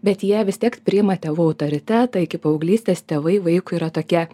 bet jie vis tiek priima tėvų autoritetą iki paauglystės tėvai vaikui yra tokie